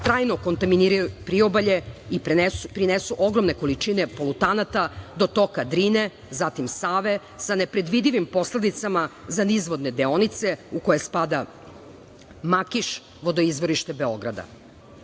trajno kontaminiraju priobalje i prinesu ogromne količine polutanata do toka Drine, zatim Save, sa nepredvidivim posledicama za nizvodne deonice u koje spada Makiš, vodoizvorište Beograda.